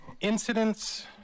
Incidents